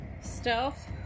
Stealth